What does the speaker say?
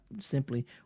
simply